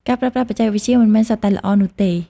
ការប្រើប្រាស់បច្ចេកវិទ្យាមិនមែនសុទ្ធតែល្អនោះទេ។